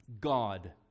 God